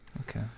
Okay